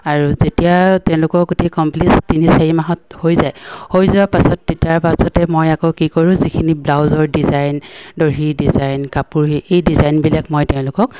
আৰু যেতিয়া তেওঁলোকক কমপ্লিট তিনি চাৰি মাহত হৈ যায় হৈ যোৱাৰ পাছত পাছতে মই আকৌ কি কৰোঁ যিখিনি ব্লাউজৰ ডিজাইন দহি ডিজাইন কাপোৰ এই ডিজাইনবিলাক মই তেওঁলোকক